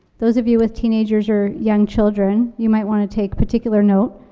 those of you with teenagers, or young children, you might wanna take particular note,